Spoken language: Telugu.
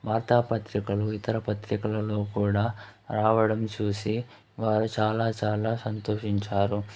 వార్తాపత్రికలు ఇతర పత్రికలలో కూడా రావడం చూసి వారు చాలా చాలా సంతోషించారు